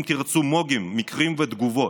תוכנית, אם תרצו, מו"גים, מקרים ותגובות: